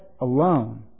alone